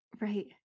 Right